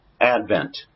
advent